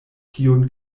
tiun